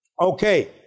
Okay